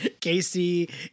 Casey